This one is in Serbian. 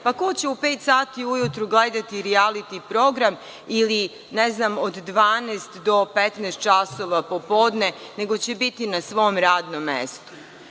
pa ko će u pet sati ujutru gledati rijaliti program ili, ne znam, od 12 do 15 časova popodne, nego će biti na svom radnom mestu.